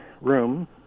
room